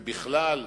ובכלל,